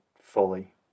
fully